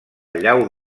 llau